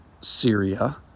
Syria